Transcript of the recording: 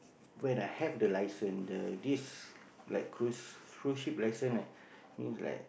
when I have the license the this like cruise cruise ship license right then like